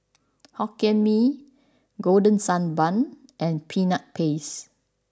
Hokkien Mee Golden Sand Bun and Peanut Paste